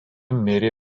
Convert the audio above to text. mirė